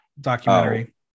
documentary